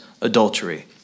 adultery